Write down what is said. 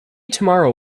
tomorrow